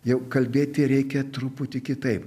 jau kalbėti reikia truputį kitaip